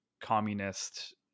communist